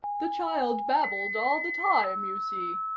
the child babbled all the time, you see.